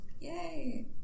Yay